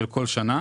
של כל שנה,